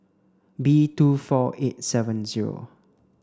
B two four eight seven zero